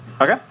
Okay